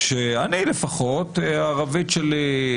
כשהערבית שלי,